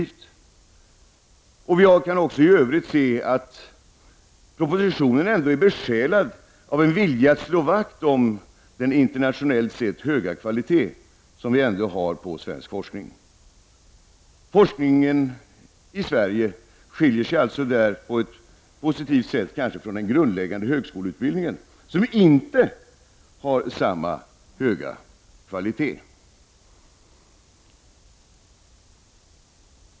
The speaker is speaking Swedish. Vi kan också i övrigt se att propositionen är besjälad av en vilja att slå vakt om den internationellt sett höga kvaliteten som vi har på svensk forskning. Forskningen i Sverige skiljer sig alltså på ett positivt sätt från den grundläggande högskoleutbildning som vi inte har samma höga kvalitet på.